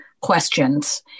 questions